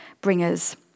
bringers